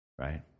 Right